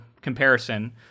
comparison